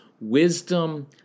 wisdom